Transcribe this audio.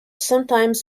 sometimes